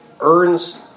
earns